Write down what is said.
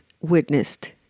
witnessed